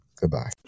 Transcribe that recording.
Goodbye